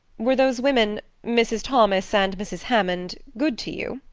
were those women mrs. thomas and mrs. hammond good to you?